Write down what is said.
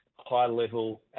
high-level